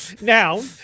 Now